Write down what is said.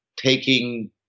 taking